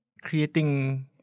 creating